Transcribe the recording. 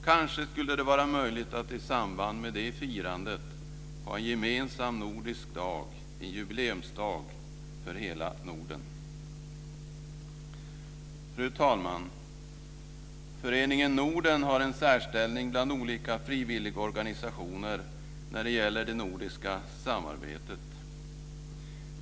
Kanske skulle det vara möjligt att i samband med det firandet ha en gemensam nordisk dag - en jubileumsdag för hela Fru talman! Föreningen Norden har en särställning bland olika frivilligorganisationer när det gäller det nordiska samarbetet.